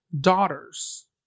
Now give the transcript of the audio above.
daughters